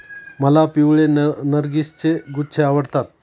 मला पिवळे नर्गिसचे गुच्छे आवडतात